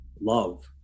love